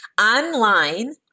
online